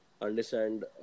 understand